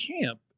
camp